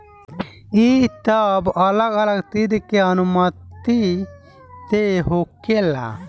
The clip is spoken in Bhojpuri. ई सब अलग अलग चीज के अनुमति से होखेला